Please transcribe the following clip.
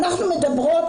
אנחנו מדברות,